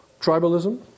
tribalism